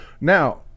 Now